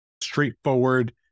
straightforward